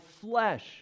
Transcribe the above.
flesh